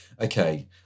okay